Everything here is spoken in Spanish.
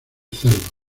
cerdos